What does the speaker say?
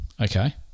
okay